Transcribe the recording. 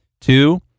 Two